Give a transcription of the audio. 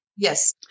Yes